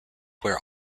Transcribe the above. wear